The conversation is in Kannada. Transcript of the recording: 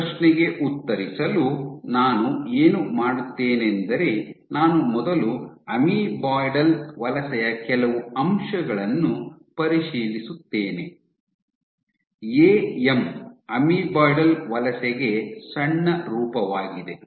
ಆ ಪ್ರಶ್ನೆಗೆ ಉತ್ತರಿಸಲು ನಾನು ಏನು ಮಾಡುತ್ತೇನೆಂದರೆ ನಾನು ಮೊದಲು ಅಮೀಬಾಯ್ಡಲ್ ವಲಸೆಯ ಕೆಲವು ಅಂಶಗಳನ್ನು ಪರಿಶೀಲಿಸುತ್ತೇನೆ "ಎಎಮ್" ಅಮೀಬಾಯ್ಡಲ್ ವಲಸೆಗೆ ಸಣ್ಣ ರೂಪವಾಗಿದೆ